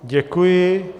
Děkuji.